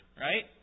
right